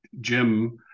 Jim